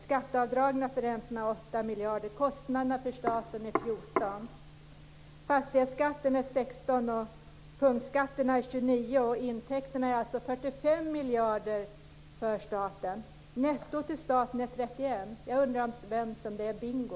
Skatteavdragen för räntorna är 8 miljarder. Kostnaderna för staten är 14 Fastighetsskatten inbringar 16 miljarder och punktskatterna 29 miljarder. Statens intäkter är alltså 45 miljarder. Statens netto är 31 miljarder. Jag undrar för vem som det är bingo.